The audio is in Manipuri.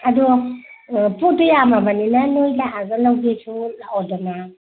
ꯑꯗꯣ ꯄꯣꯠꯇꯨ ꯌꯥꯝꯃꯕꯅꯤꯅ ꯅꯈꯣꯏ ꯂꯥꯛꯑꯒ ꯂꯧꯒꯦꯁꯨ ꯂꯥꯛꯑꯣꯗꯅ